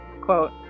quote